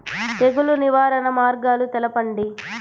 తెగులు నివారణ మార్గాలు తెలపండి?